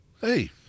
Hey